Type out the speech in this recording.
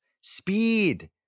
speed